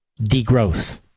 Degrowth